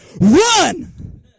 Run